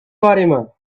fatima